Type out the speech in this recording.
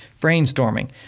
brainstorming